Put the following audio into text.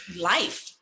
life